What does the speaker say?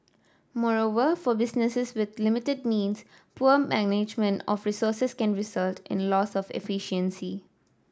moreover for businesses with limited means poor management of resources can result in loss of efficiency